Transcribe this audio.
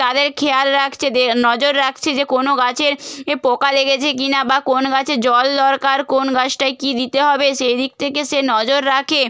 তাদের খেয়াল রাখছে দে নজর রাখছে যে কোনো গাছে এ পোকা লেগেছে কি না বা কোন গাছে জল দরকার কোন গাছটায় কী দিতে হবে সেই দিক থেকে সে নজর রাখে